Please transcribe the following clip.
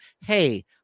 hey